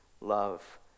love